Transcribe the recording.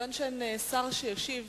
מכיוון שאין שר שישיב